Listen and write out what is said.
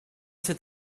cet